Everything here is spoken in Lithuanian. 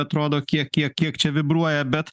atrodo kiek kiek kiek čia vibruoja bet